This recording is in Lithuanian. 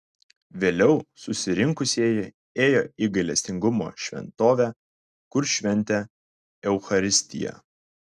vėliau susirinkusieji ėjo į gailestingumo šventovę kur šventė eucharistiją